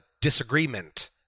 disagreement